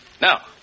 Now